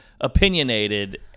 opinionated